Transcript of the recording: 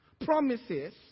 Promises